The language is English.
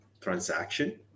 transaction